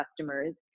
customers